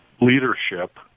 leadership